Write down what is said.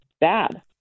bad